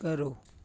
ਕਰੋ